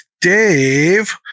Dave